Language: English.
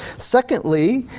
secondly,